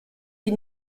die